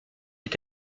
est